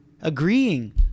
agreeing